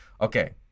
Okay